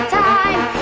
time